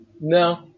no